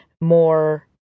more